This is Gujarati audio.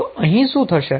તો અહીં શું થશે